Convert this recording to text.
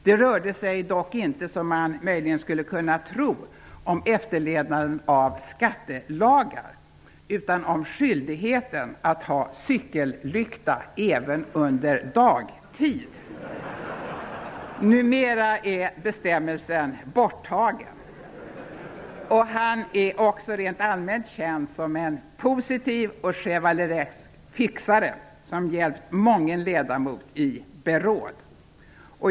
Det rörde sig dock inte, som man möjligen skulle kunna tro, om efterlevnaden av skattelagar utan om skyldigheten att ha cykellykta även under dagtid. Numera är bestämmelsen borttagen. Han är också rent allmänt känd som en positiv och chevaleresk fixare, som hjälpt mången ledamot i beråd.